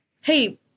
Hey